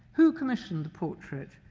who commissioned the portrait?